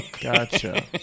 Gotcha